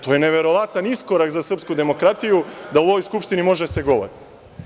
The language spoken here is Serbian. To je neverovatan iskorak za srpsku demokratiju, da u ovoj Skupštini može da se govori.